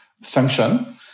function